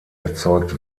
erzeugt